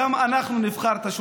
גם אני הייתי עולה חדשה,